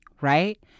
right